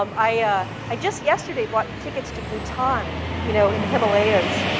um i ah i just yesterday bought tickets to bhutan you know in the himalayas.